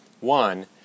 One